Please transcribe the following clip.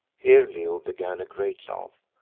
here leo began a great laugh,